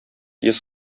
йөз